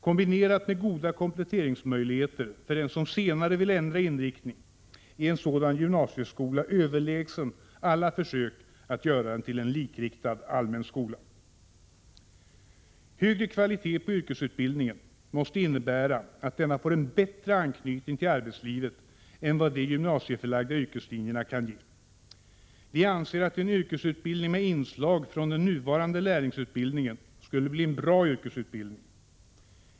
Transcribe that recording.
Kombinerad med goda kompletteringsmöjligheter för den som senare vill ändra inriktning är en sådan gymnasieskola överlägsen en sådan som man försöker göra till en likriktad allmän skola. Högre kvalitet på yrkesutbildningen måste innebära att denna får en bättre anknytning till arbetslivet än vad de gymnasieförlagda yrkeslinjerna kan ge. Vi anser att en yrkesutbildning med inslag från den nuvarande lärlingsutbildningen skulle bli en bra yrkesutbildning.